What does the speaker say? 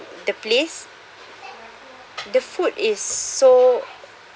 the place the food is so